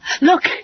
look